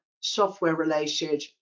software-related